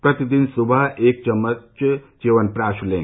प्रतिदिन सुबह एक चम्मच च्यवनप्राश लें